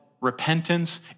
repentance